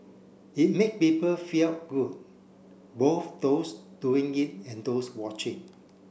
it made people felt good both those doing it and those watching